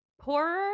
poorer